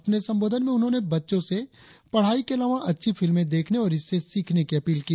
अपने संबोधन में उन्होंने बच्चों से पढ़ाई के अलावा अच्छी फिल्में देखने और इससे सीखने की अपील की